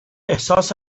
احساس